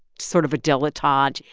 sort of a dilettante.